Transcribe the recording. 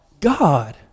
God